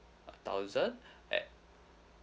a thousand at